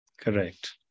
Correct